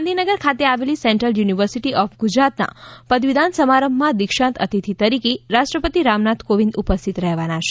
ગાંધીનગર ખાતે આવેલી central university of Gujarat ના પદવીદાન સમારંભમાં દીક્ષાંત અતિથિ તરીકે રાષ્ટ્રપતિ રામનાથ કોવિંદ ઉપસ્થિત રહેવાના છે